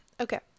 Okay